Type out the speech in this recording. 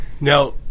Now